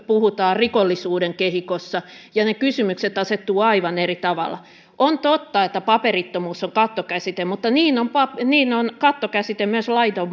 puhumme rikollisuuden kehikossa ja kysymykset asettuvat aivan eri tavalla on totta että paperittomuus on kattokäsite mutta niin on kattokäsite myös laiton